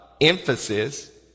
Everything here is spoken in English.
emphasis